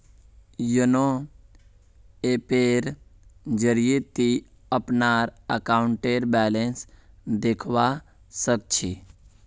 YONO ऐपेर जरिए ती अपनार अकाउंटेर बैलेंस देखवा सख छि